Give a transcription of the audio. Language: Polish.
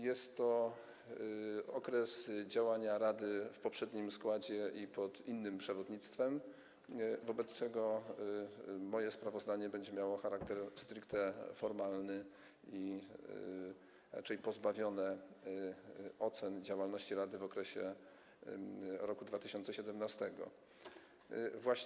Jest to okres działania rady w poprzednim składzie i pod innym przewodnictwem, wobec czego moje sprawozdanie będzie miało charakter stricte formalny i raczej pozbawione będzie ocen działalności rady w okresie dotyczącym roku 2017.